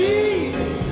Jesus